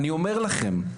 אני אומר לכם,